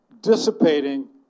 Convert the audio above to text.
dissipating